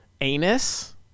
Anus